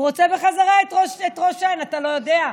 הוא רוצה בחזרה את ראש העין, אתה לא יודע?